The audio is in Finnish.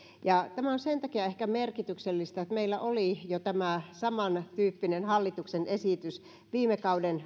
tämä on sen takia ehkä merkityksellistä että meillä oli jo tämä samantyyppinen hallituksen esitys viime kauden